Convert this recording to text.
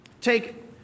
Take